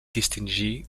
distingir